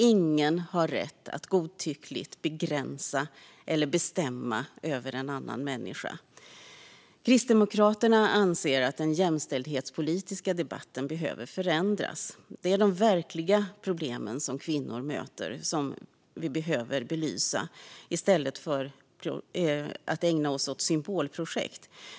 Ingen har rätt att godtyckligt begränsa eller bestämma över en annan människa. Kristdemokraterna anser att den jämställdhetspolitiska debatten behöver förändras. Det är de verkliga problem som kvinnor möter som vi behöver belysa i stället för att ägna oss åt symbolprojekt.